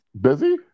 Busy